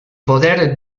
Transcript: poder